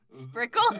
Sprinkle